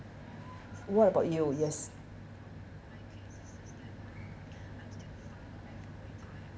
what about you yes